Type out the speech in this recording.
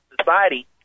society